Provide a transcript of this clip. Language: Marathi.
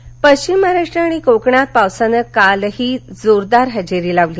पाऊस पश्चिम महाराष्ट्र आणि कोकणात पावसानं काल ही जोरदार हजेरी लावली